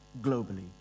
globally